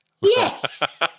Yes